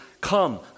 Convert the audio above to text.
come